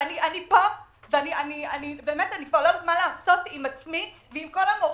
אני כבר לא יודעת מה לעשות עם עצמי ועם כל המורים,